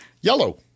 Yellow